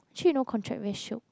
actually no contract very shiok